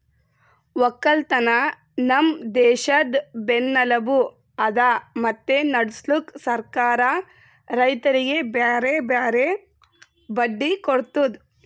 ಒಕ್ಕಲತನ ನಮ್ ದೇಶದ್ ಬೆನ್ನೆಲುಬು ಅದಾ ಮತ್ತೆ ನಡುಸ್ಲುಕ್ ಸರ್ಕಾರ ರೈತರಿಗಿ ಬ್ಯಾರೆ ಬ್ಯಾರೆ ಬಡ್ಡಿ ಕೊಡ್ತುದ್